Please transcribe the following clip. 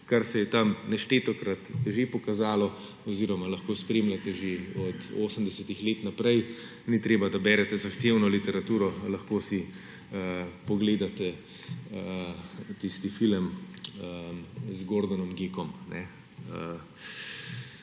kar se je tam neštetokrat že pokazalo oziroma lahko spremljate že od 80. let naprej. Ni treba, da berete zahtevno literaturo, lahko si pogledate tisti film z Gordonom Gekkom.